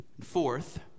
Fourth